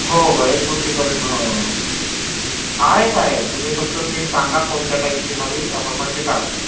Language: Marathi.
हो हो एक बुट्टी भरेल हो आहेत आहेत तुम्ही फक्त तुम्ही सांगा कोणत्या टाईपची हवी त्याप्रमाणे ते काढतात